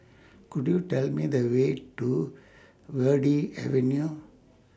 Could YOU Tell Me The Way to Verde Avenue